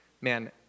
man